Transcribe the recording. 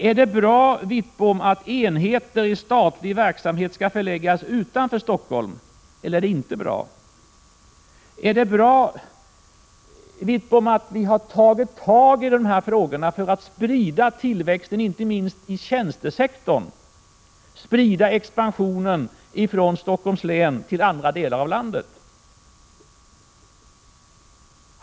Är det bra att enheter i statlig verksamhet skall förläggas utanför Stockholm? Är det bra att vi har tagit tag i att sprida tillväxten, inte minst i tjänstesektorn, och sprida expansionen ifrån Stockholms län till andra delar av landet?